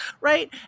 Right